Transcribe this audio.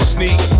Sneak